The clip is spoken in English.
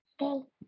okay